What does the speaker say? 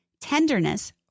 tenderness